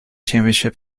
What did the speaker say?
championship